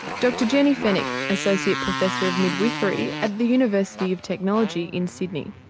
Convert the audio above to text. dr jenny fenwick, associate professor of midwifery at the university of technology in sydney.